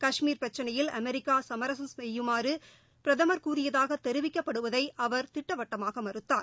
கஷ்மீர் பிரச்சினையில் அமெரிக்காசமரசம் செய்யுமாறுபிரதம் கூறியதாகதெரிவிக்கப்படுவதைஅவர் திட்டவட்டமாகமறுத்தார்